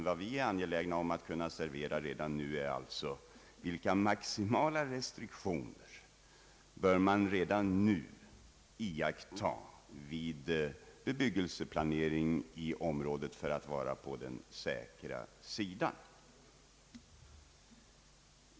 Vi är angelägna om att kunna informera om de maximala restriktioner som man redan nu bör iaktta vid bebyggelseplanering i det aktuella området för att vara på den säkra sidan.